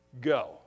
Go